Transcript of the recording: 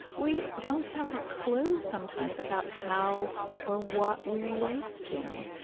we don't have a clue sometimes about how or what we are wasting.